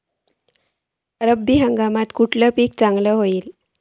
रब्बी हंगामाक खयला पीक चांगला होईत?